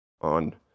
on